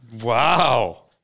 Wow